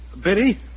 Biddy